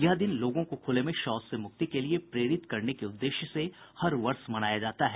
यह दिन लोगों को खुले में शौच से मुक्ति के लिए प्रेरित करने के उद्देश्य से हर वर्ष मनाया जाता है